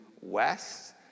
west